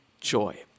joy